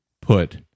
put